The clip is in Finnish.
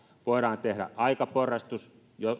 voidaan tehdä aikaporrastus